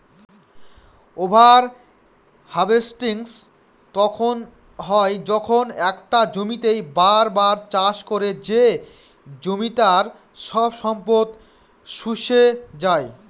over harvesting তখন হয় যখন একটা জমিতেই বার বার চাষ করে সে জমিটার সব সম্পদ শুষে যাই